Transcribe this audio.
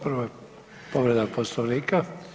Prva je povreda Poslovnika.